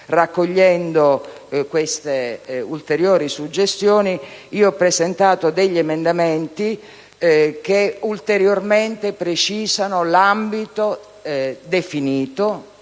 raccogliendo queste ulteriori suggestioni, ho presentato alcuni emendamenti che ancora una volta precisano l'ambito, definito